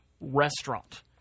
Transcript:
restaurant